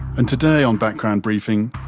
and today on background briefing,